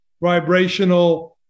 vibrational